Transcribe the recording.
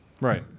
Right